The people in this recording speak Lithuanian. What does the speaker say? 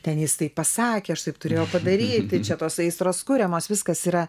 ten jis taip pasakė aš taip turėjau padaryti tai čia tos aistros kuriamos viskas yra